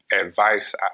advice